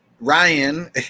Ryan